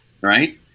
right